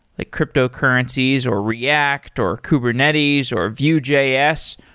like cryptocurrencies, or react, or kubernetes, or vue js,